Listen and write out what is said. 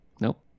Nope